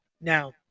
Now